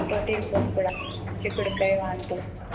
protein food కూడా చిక్కుడుకాయ లాంటివి